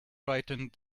brightened